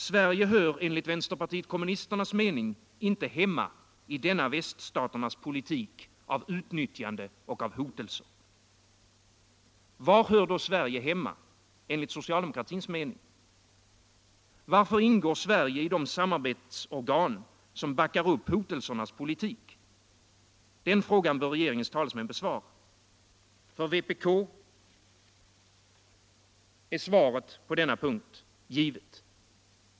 Sverige hör enligt vänsterpartiet kommunisternas mening inte hemma i denna väststaternas politik av utnyttjande och hotelser. Var hör då Sverige hemma enligt socialdemokratins mening? Varför ingår Sverige i de samarbetsorgan som backar upp hotelsernas politik? Den frågan bör regeringens talesmän besvara. För vpk är svaret på denna punkt givet.